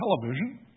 television